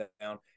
down